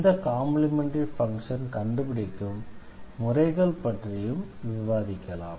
இந்த complementary function கண்டுபிடிக்கும் முறைகள் பற்றியும் விவாதிக்கலாம்